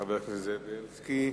חבר הכנסת זאב בילסקי.